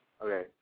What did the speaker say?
Okay